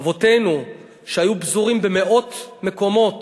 אבותינו, שהיו פזורים במאות מקומות